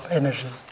energy